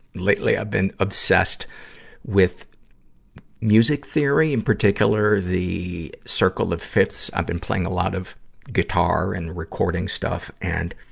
lately, i've been obsessed with music theory, in particular the circle of fifths. i've been playing a lot of guitar and recording stuff. and,